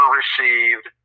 received